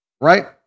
right